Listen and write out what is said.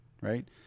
Right